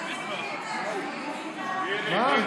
מירי